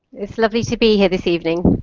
it's lovely to be here this evening.